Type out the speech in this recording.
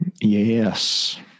Yes